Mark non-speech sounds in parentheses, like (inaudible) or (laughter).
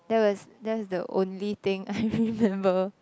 that was that's the only thing I (laughs) remember